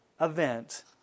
event